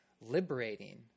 liberating